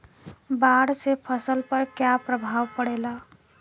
बाढ़ से फसल पर क्या प्रभाव पड़ेला?